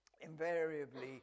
invariably